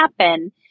happen